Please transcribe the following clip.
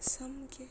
samgye~